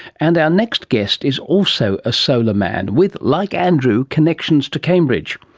and our next guest is also a solar man, with, like andrew, connections to cambridge.